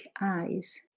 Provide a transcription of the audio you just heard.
eyes